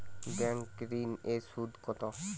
Bank ঋন এর সুদ কত?